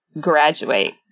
graduate